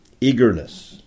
Eagerness